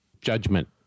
judgment